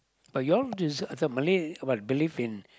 but you all this Malay what believe in